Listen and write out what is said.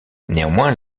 néanmoins